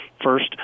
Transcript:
first